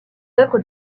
œuvres